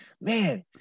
man